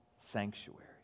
sanctuary